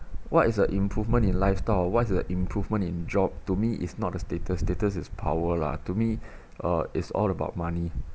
what is the improvement in lifestyle or what's the improvement in job to me is not the status status is power lah to me uh it's all about money